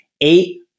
eight